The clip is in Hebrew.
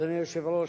אדוני היושב-ראש,